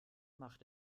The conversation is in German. macht